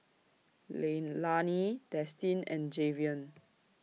Leilani Destin and Jayvion